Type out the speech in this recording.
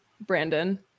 Brandon